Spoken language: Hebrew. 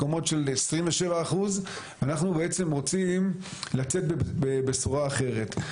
של 27% אנחנו בעצם רוצים לצאת בבשורה אחרת.